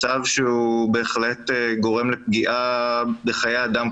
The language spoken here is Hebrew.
מצב שהוא בהחלט גורם לפגיעה בחיי אדם.